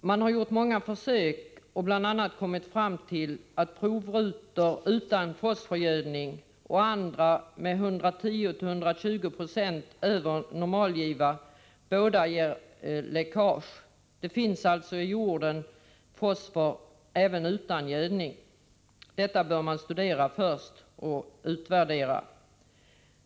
Man har gjort många försök och bl.a. kommit fram till att både provrutor utan fosforgödning och andra med 110-120 26 över normalgiva har gett läckage. Det finns alltså fosfor i jorden även utan gödning. Detta bör man först studera.